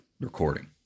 recording